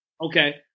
Okay